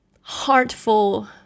heartful